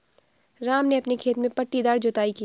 राम ने अपने खेत में पट्टीदार जुताई की